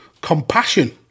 compassion